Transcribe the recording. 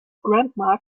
grandma